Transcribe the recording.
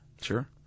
Sure